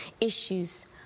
issues